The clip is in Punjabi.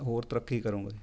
ਹੋਰ ਤਰੱਕੀ ਕਰੂੰਗਾ